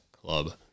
Club